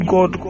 God